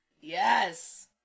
Yes